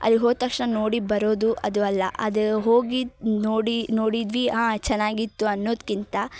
ಅಲ್ಲಿ ಹೋದ ತಕ್ಷಣ ನೋಡಿ ಬರೋದು ಅದು ಅಲ್ಲ ಅದು ಹೋಗಿ ಮ್ ನೋಡಿ ನೋಡಿದ್ವಿ ಹಾಂ ಚೆನ್ನಾಗಿತ್ತು ಅನ್ನೋದಕ್ಕಿಂತ